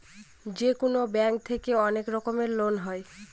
যেকোনো ব্যাঙ্ক থেকে অনেক রকমের লোন হয়